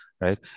right